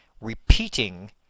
repeating